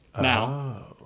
Now